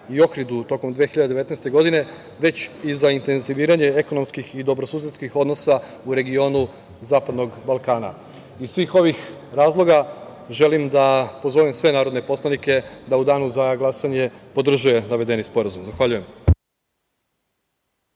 i Ohridu tokom 2019. godine, već i za intenziviranje ekonomskih i dobrosusedskih odnosa u regionu Zapadnog Balkana. Iz svih ovih razloga, želim da pozovem sve narodne poslanike da u danu za glasanje podrže navedeni sporazum. Zahvaljujem.